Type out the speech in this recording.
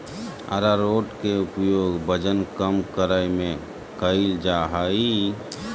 आरारोट के उपयोग वजन कम करय में कइल जा हइ